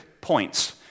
points